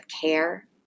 care